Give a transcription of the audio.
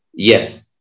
Yes